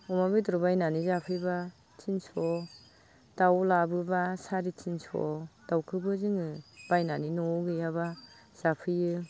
अमा बेदर बायनानै जाफैब्ला तिनस' दाउ लाबोब्ला साराइतिनस' दाउखोबो जोङो बायनानै न'आव गैयाब्ला जाफैयो